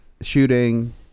shooting